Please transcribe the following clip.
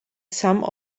some